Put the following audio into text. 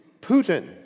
Putin